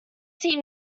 team